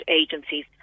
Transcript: agencies